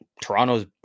Toronto's